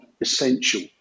essential